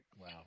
Wow